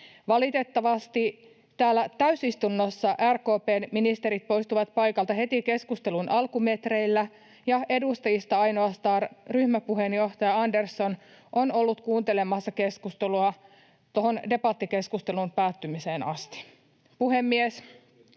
Valitettavasti täällä täysistunnossa RKP:n ministerit poistuivat paikalta heti keskustelun alkumetreillä ja edustajista ainoastaan ryhmäpuheenjohtaja Andersson on ollut kuuntelemassa keskustelua tuohon debattikeskustelun päättymiseen asti.